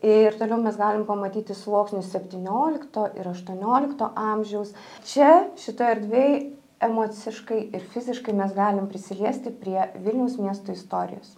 ir toliau mes galim pamatyti sluoksnius septyniolikto ir aštuoniolikto amžiaus čia šitoj erdvėj emociškai ir fiziškai mes galim prisiliesti prie vilniaus miesto istorijos